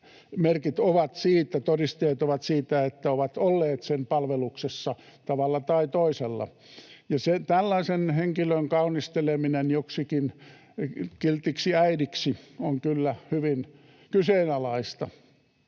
jos selvät todisteet on siitä, että he ovat olleet sen palveluksessa tavalla tai toisella. Ja tällaisen henkilön kaunisteleminen joksikin kiltiksi äidiksi on kyllä hyvin kyseenalaista.